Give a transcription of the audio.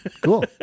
cool